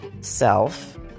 self